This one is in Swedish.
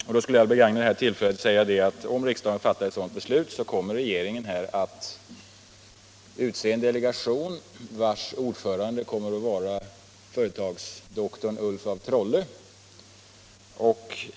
Jag vill begagna detta tillfälle till att säga att regeringen, om riksdagen fattar ett sådant beslut, kommer att utse en delegation vars ordförande blir ”företagsdoktorn” Ulf af Trolle.